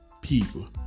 people